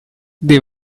they